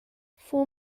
full